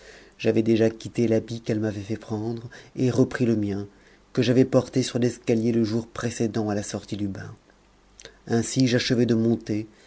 j'avais déjà quitté l'habit qu'elle m'avait fait prendre et repris le mien que j'avais porté sur l'escalier le jour précédent à la sortie du bain ainsi j'achevai de monter